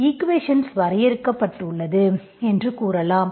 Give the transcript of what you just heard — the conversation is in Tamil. ஈக்குவேஷன்ஸ் வரையறுக்கப்பட்டுள்ளது என்று கூறலாம்